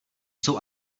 jsou